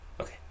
Okay